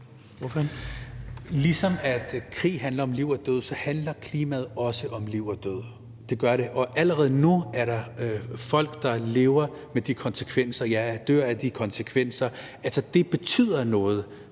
Ligesom krig handler om liv og død, handler klimaet også om liv og død. Det gør det. Allerede nu er der folk, der lever med og, ja, dør af de konsekvenser. Det betyder noget